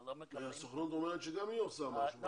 אנחנו לא מקבלים --- הסוכנות אומרת שגם היא עושה משהו בעניין.